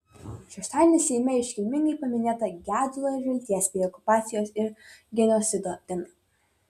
šeštadienį seime iškilmingai paminėta gedulo ir vilties bei okupacijos ir genocido diena